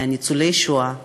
מניצולי השואה,